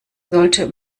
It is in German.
sollte